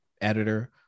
editor